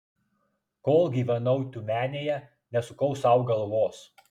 kol gyvenau tiumenėje nesukau sau galvos